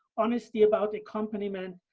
honesty about accompaniment,